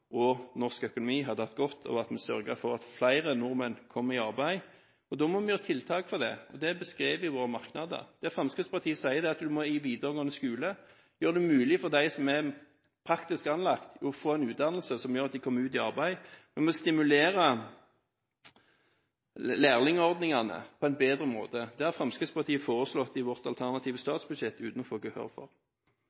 og norsk økonomi hadde hatt godt av at vi sørger for at flere nordmenn kommer i arbeid. Da må vi ha tiltak for det, og det er beskrevet i våre merknader. Det Fremskrittspartiet sier, er at en i den videregående skolen må gjøre det mulig for dem som er praktisk anlagt å få en utdannelse som gjør at de kommer ut i arbeid. Vi må stimulere lærlingeordningene på en bedre måte. Det har Fremskrittspartiet foreslått i vårt alternative